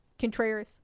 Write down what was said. Contreras